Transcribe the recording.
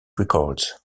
records